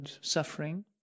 suffering